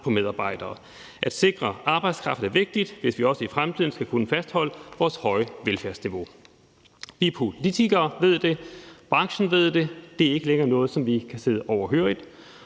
på medarbejdere. At sikre arbejdskraft er vigtigt, hvis vi også i fremtiden skal kunne fastholde vores høje velfærdsniveau. Vi politikere ved det, og branchen ved det. Det er ikke længere noget, som vi kan sidde overhørig,